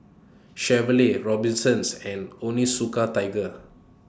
Chevrolet Robinsons and Onitsuka Tiger